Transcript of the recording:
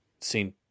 seen